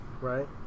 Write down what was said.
right